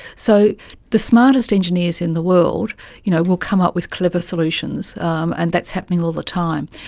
so the smartest engineers in the world you know will come up with clever solutions and that's happening all the time.